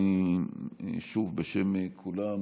בשם כולם,